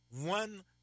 one